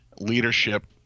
leadership